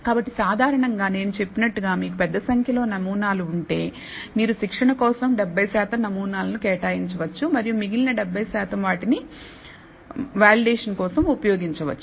కాబట్టి సాధారణంగా నేను చెప్పినట్లుగా మీకు పెద్ద సంఖ్యలో నమూనాలు ఉంటే మీరు శిక్షణ కోసం 70 శాతం నమూనాలను కేటాయించవచ్చు మరియు మిగిలిన 30 శాతం వాటిని మనం వాలిడేషన్ కోసం ఉపయోగించవచ్చు